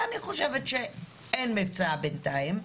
כי אני חושבת שאין היצע בינתיים.